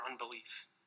unbelief